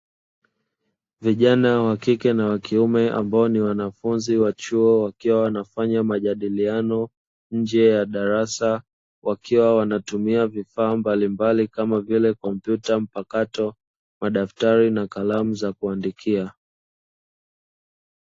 Vijana wa kike na wakiume ambao ni wanafunzi wa chuo wakiwa wanafanya majadiliano, nje ya darasa wakiwa wana tumia vifaa mbalimbali kama vile kompyuta mpakato, madaftari na kalamu za kuandikia.